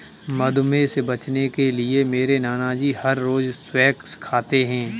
मधुमेह से बचने के लिए मेरे नानाजी हर रोज स्क्वैश खाते हैं